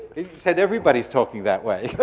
said, everybody's talking that way.